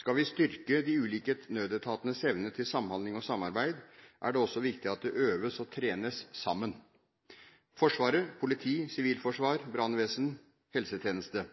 Skal vi styrke de ulike nødetatenes evne til samhandling og samarbeid, er det også viktig at det øves og trenes sammen, og det gjelder Forsvaret,